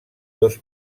dos